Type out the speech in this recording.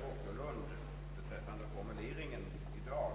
Herr talman! Jag vill beträffande formuleringen i dag